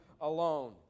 alone